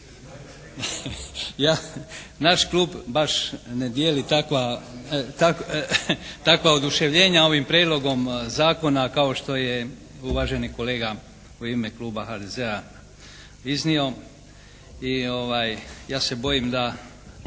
naš klub baš ne dijeli takva oduševljenja ovim prijedlogom zakona kao što je uvaženi kolega u ime kluba HDZ-a iznio. I ja se bojim da